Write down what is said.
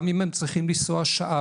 גם אם הם צריכים לנסוע שעה,